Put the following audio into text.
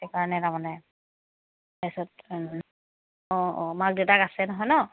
সেইকাৰণে তামানে তাৰপিছত অঁ অঁ মাক দেউতাক আছে নহয় ন